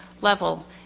level